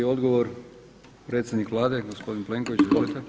Odgovor predsjednik Vlade gospodin Plenković, izvolite.